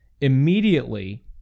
immediately